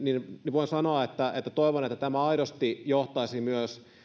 voin sanoa että että toivon että tämä aidosti johtaisi myös